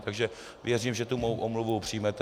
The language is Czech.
Takže věřím, že mou omluvu přijmete.